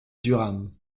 durham